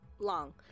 long